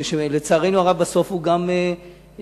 שלצערנו הרב בסוף הוא גם נפטר,